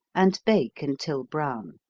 and bake until brown.